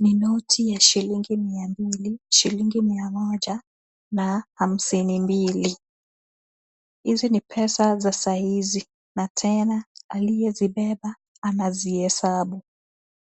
Ni noti ya shilingi mia mbili, shilingi mia moja na hamsini mbili. Hizi ni pesa za saa hizi, na tena aliyezibeba anazihesabu.